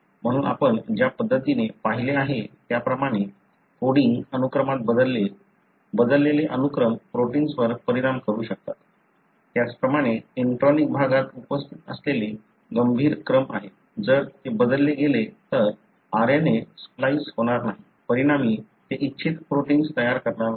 म्हणून आपण ज्या पद्धतीने पाहिले आहे त्याप्रमाणे कोडिंग अनुक्रमात बदललेले बदललेले अनुक्रम प्रोटिन्सवर परिणाम करू शकतात त्याचप्रकारे इंट्रोनिक भागात उपस्थित असलेले गंभीर क्रम आहेत जर ते बदलले गेले तर RNA स्प्लाइस् होणार नाही परिणामी ते इच्छित प्रोटिन्स तयार करणार नाही